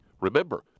Remember